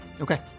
Okay